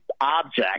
object